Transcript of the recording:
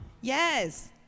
Yes